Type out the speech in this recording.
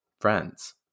friends